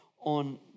on